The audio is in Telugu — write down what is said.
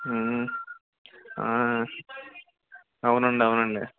అవును అండి అవును అండి